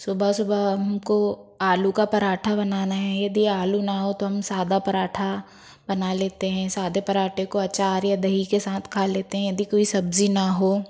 सुबह सुबह हमको आलू का पराठा बनाना है यदि आलू ना हो तो हम सादा पराठा बना लेते हैं सादे पराटे को अचार या दही के सात खा लेते हैं यदि कोई सब्ज़ी ना हो